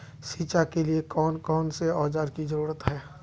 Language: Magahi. सिंचाई के लिए कौन कौन से औजार की जरूरत है?